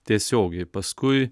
tiesiogiai paskui